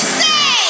say